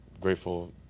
Grateful